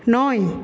নয়